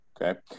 Okay